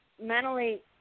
mentally